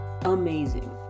amazing